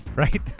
right?